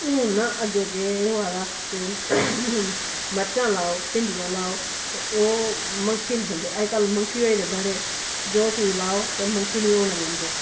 हून ना अग्गे अग्गे एह् होआ दा के मरचां लाओ भिडियां लाओ ते ओह् मंकी निं खंदे अज्जकल मंकी होई गेदे बड़े जो चीज लाओ ते मंकी निं होन दिंदे